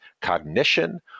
cognition